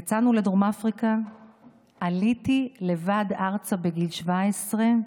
יצאנו לדרום אפריקה ועליתי לבד ארצה בגיל 17,